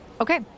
Okay